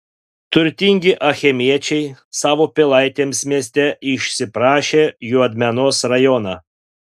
turtingi achemiečiai savo pilaitėms mieste išsiprašė juodmenos rajoną